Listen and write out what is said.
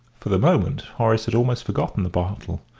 for the moment horace had almost forgotten the bottle.